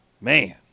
man